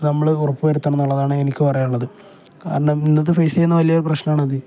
നമ്മൾ ഉറപ്പു വരുത്തണമെന്നുള്ളതാണ് എനിക്ക് പറയാനുള്ളത് കാരണം ഇന്നത്തെ ഫേസ് ചെയ്യുന്ന വലിയ ഒരു പ്രശ്നമാണ് അത്